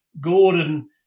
Gordon